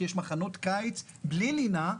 כי יש מחנות קיץ בלי לינה,